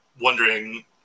wondering